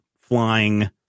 flying